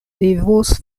devos